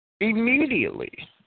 immediately